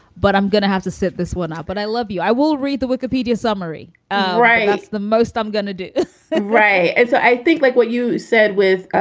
but i'm gonna have to sit this one out. but i love you. i will read the wikipedia summary. all right. that's the most i'm gonna do right. and so i think, like what you said with,